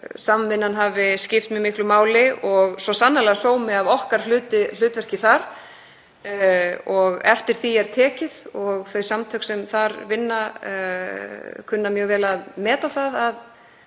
COVAX-samvinnan hafi skipt mjög miklu máli og svo sannarlega sómi að okkar hlutverki þar og eftir því er tekið og þau samtök sem þar vinna kunna mjög vel að meta að hið